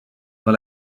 dans